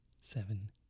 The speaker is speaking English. seven